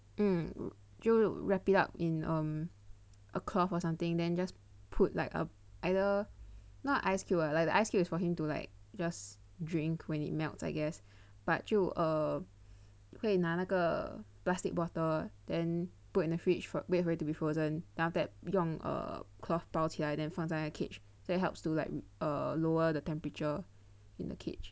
mm 就 wrap it up in um a cloth or something then just put like uh either not ice cube lah like the ice cube is for him to like just drink when it melts I guess but 就 err 会拿那个:huina na ge plastic bottle then put in the fridge wait for it to be frozen then after that 用 cloth 包起来来 then 放在那个 cage that helps to like err lower the temperature in the cage